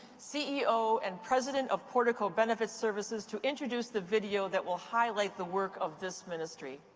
ceo and president of portico benefit services, to introduce the video that will highlight the work of this ministry.